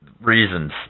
reasons